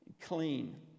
clean